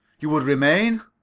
you would remain?